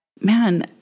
man